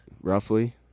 Roughly